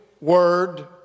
word